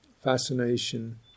fascination